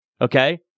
Okay